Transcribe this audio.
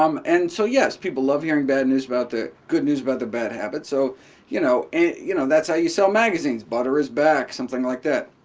um and so, yes, people love hearing bad news about the good news about their bad habits, so you know and you know that's how you sell magazines. butter is back, something like that.